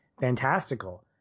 fantastical